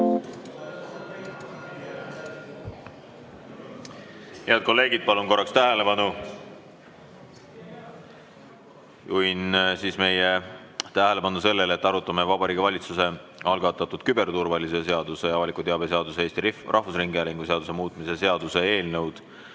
Head kolleegid, palun korraks tähelepanu. Juhin teie tähelepanu sellele, et me arutame Vabariigi Valitsuse algatatud küberturvalisuse seaduse, avaliku teabe seaduse ja Eesti Rahvusringhäälingu seaduse muutmise seaduse eelnõu.